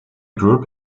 group